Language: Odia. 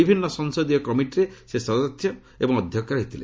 ବିଭିନ୍ନ ସଂସଦୀୟ କମିଟିରେ ସେ ସଦସ୍ୟ ଏବଂ ଅଧ୍ୟକ୍ଷ ମଧ୍ୟ ରହିଥିଲେ